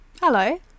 Hello